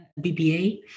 BBA